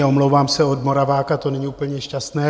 Omlouvám se, od Moraváka to není úplně šťastné.